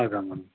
அதான் மேம்